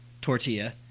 tortilla